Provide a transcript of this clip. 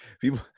people